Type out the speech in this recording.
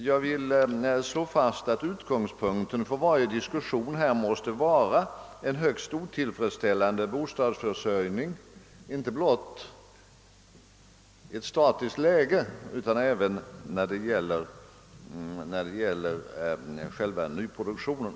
Jag vill slå fast att utgångspunkten för varje diskussion på detta område måste vara den högst otillfredsställande bostadsförsörjningen; detta gäller inte bara ett statiskt läge utan det gäller även själva nyproduktionen.